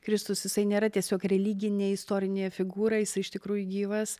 kristus jisai nėra tiesiog religinė istorinė figūra jisai iš tikrųjų gyvas